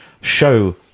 show